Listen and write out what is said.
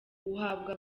uhabwa